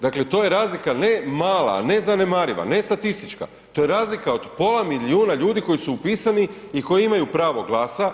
Dakle, to je razlika ne mala, ne zanemariva, ne statistička, to je razlika od pola milijuna ljudi koji su upisani i koji imaju pravo glasa.